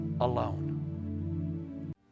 alone